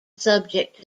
subject